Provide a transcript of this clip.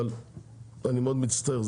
אבל אני מאוד מצטער,